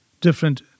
different